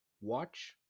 watch